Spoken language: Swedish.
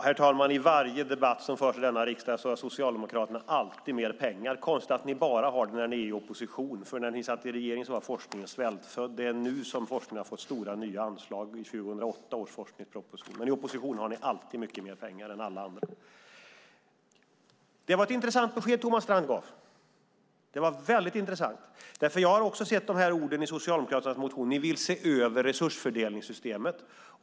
Herr talman! I varje debatt som förs i denna riksdag har Socialdemokraterna alltid mer pengar. Det är konstigt att ni har det bara när ni är i opposition. När ni satt i regeringen var forskningen svältfödd. Det är nu som forskningen har fått nya och stora anslag - i 2008 års forskningsproposition. Men i opposition har ni alltid mycket mer pengar än alla andra. Det var ett intressant besked som Thomas Strand gav. Jag har också sett dessa ord i Socialdemokraternas motion om att ni vill se över resursfördelningssystemet.